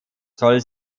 soll